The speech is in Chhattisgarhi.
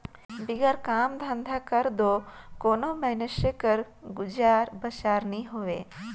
बिगर काम धंधा कर दो कोनो मइनसे कर गुजर बसर नी होए